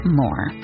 more